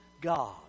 God